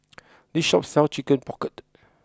this shop sells chicken pocket